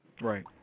Right